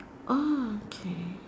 oh okay